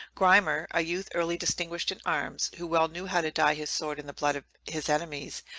grymer, a youth early distinguished in arms, who well knew how to dye his sword in the blood of his enemies,